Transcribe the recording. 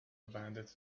abandoned